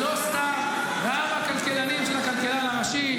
המליאה.) ולא סתם גם הכלכלנים של הכלכלן הראשי,